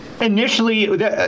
Initially